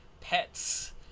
pets